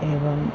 एवम्